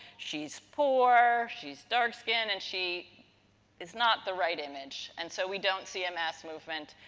she's poor, she's dark skinned, and she is not the right image. and, so we don't see a mass movement,